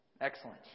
Excellent